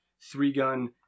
three-gun